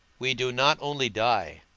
we do not only die,